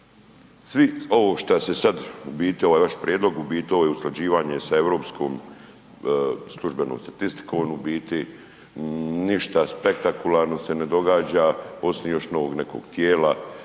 Svi ovo šta se sad, ovaj vaš prijedlog, u biti ovo je usklađivanje sa europskom službenom statistikom, u biti ništa spektakularno se ne događa, osim još nekog tijela